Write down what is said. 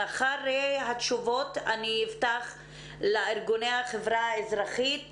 אחרי התשובות אני אפתח לארגוני החברה האזרחית